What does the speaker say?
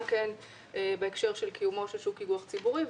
כן בהקשר של קיומו של שוק איגוח ציבורי.